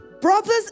Brothers